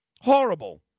horrible